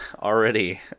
already